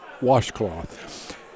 washcloth